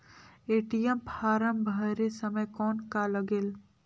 ATM form भरे समय कौन का लगेल?